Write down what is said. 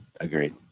Agreed